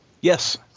Yes